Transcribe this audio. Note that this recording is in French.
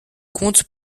contes